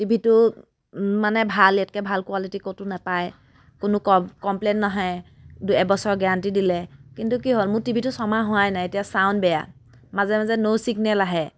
টিভিটো মানে ভাল ইয়াতকৈ ভাল কোৱালিটি ক'তো নাপায় কোনো কম কমপ্লেন নাহে দুই এবছৰৰ গেৰান্টি দিলে কিন্তু কি হ'ল মোৰ টিভিটো ছমাহ হোৱাই নাই এতিয়া ছাউণ্ড বেয়া মাজে মাজে ন' ছিগনেল আহে